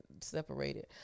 separated